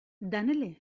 danele